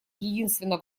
единственно